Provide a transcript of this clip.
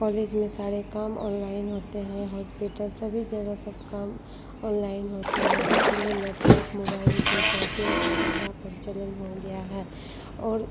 college में सारे काम ऑनलाइन होते हैं हॉस्पिटल सभी जगह सब काम ऑनलाइन होते हैं इसलिए लेपटॉप मोबाइल पर टइपिंग का ज़्यादा प्रचलन हो गया है और